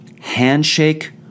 handshake